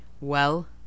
Well